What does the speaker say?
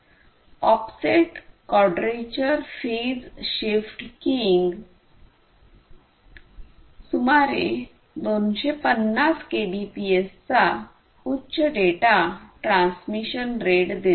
offset quadrature phase shift keying सुमारे 250 केबीपीएसचा उच्च डेटा ट्रान्समिशन रेट देते